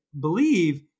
believe